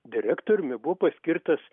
direktoriumi buvo paskirtas